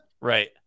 Right